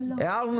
הערנו